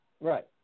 Right